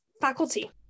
faculty